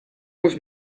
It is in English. was